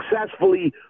successfully